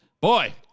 boy